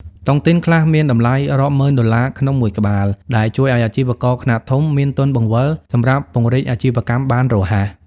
តុងទីនខ្លះមានតម្លៃរាប់ម៉ឺនដុល្លារក្នុងមួយក្បាល ដែលជួយឱ្យអាជីវករខ្នាតធំមានទុនបង្វិលសម្រាប់ពង្រីកអាជីវកម្មបានរហ័ស។